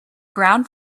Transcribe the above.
ground